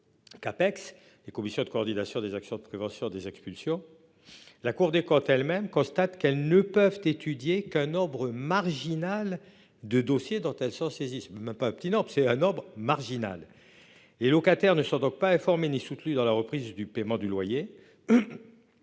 CAPEX les commissions de coordination des actions de prévention des expulsions. La Cour des comptes elles-mêmes constate qu'elles ne peuvent étudier qu'un nombre marginal de dossiers dont elle s'en saisisse. Même pas un petit c'est un ordre marginal et locataires ne sont donc pas informés, ni soutenu dans la reprise du paiement du loyer.